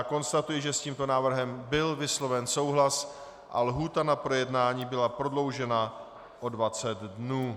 Konstatuji, že s tímto návrhem byl vysloven souhlas a lhůta na projednání byla prodloužena o 20 dnů.